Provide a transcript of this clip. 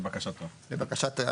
זה לבקשת המרכז,